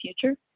future